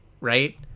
right